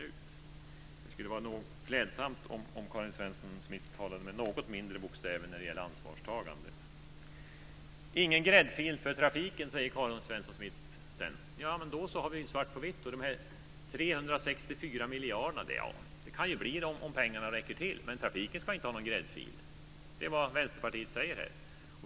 Det skulle vara klädsamt om Karin Svensson Smith talade med något mindre bokstäver när det gäller ansvarstagande. Ingen gräddfil för trafiken, säger Karin Svensson Smith sedan. Då har vi svart på vitt. 364 miljarder kan det bli, om pengarna räcker till, men trafiken ska inte ha någon gräddfil. Det är vad Vänsterpartiet säger.